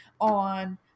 on